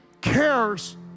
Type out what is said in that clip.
cares